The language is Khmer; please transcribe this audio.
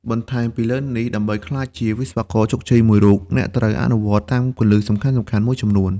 បន្លែមពីលើនេះដើម្បីក្លាយជាវិស្វករជោគជ័យមួយរូប អ្នកត្រូវអនុវត្តតាមគន្លឹះសំខាន់ៗមួយចំនួន។